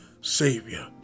savior